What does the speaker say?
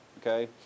Okay